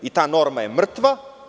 Ta norma je mrtva.